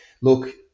Look